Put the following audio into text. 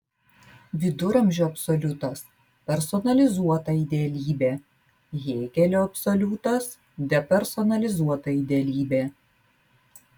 viduramžių absoliutas personalizuota idealybė hėgelio absoliutas depersonalizuota idealybė